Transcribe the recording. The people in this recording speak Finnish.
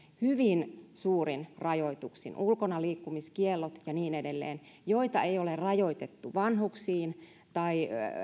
hyvin suurin rajoituksin on ulkonaliikkumiskiellot ja niin edelleen joita ei ole rajoitettu vanhuksiin tai